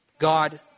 God